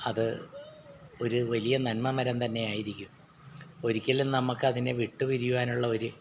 അത് ഒരു വലിയ നന്മമരം തന്നെയായിരിക്കും ഒരിക്കലും നമുക്കതിനെ വിട്ടുപിരിയുവാനുള്ള ഒരു